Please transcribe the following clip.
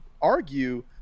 argue